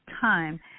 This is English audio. time